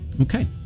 Okay